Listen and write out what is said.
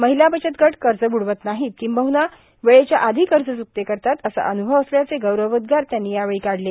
महिला बचतगट कर्ज ब्डवत नाहीत किंबह्ना वेळेच्या आधी कर्ज च्कते करतात असा अन्भव असल्याचे गौरवोद्गार त्यांनी काढले